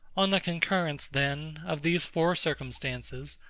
on the concurrence, then, of these four circumstances,